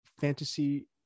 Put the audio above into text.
fantasy